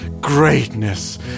greatness